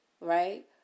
right